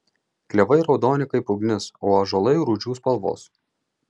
klevai raudoni kaip ugnis o ąžuolai rūdžių spalvos